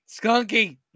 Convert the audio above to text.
Skunky